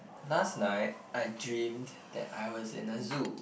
last night I dreamed that I was in a zoo